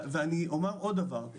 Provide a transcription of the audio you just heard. ואני אומר עוד דבר.